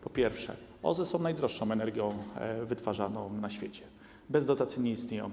Po pierwsze, OZE stanowią najdroższą energię wytwarzaną na świecie, bez dotacji nie istnieją.